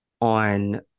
on